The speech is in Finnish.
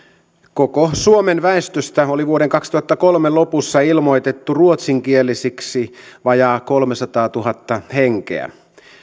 koko suomen väestöstä oli vuoden kaksituhattakolme lopussa ilmoitettu ruotsinkielisiksi vajaat kolmesataatuhatta henkeä